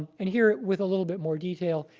and here with a little bit more detail,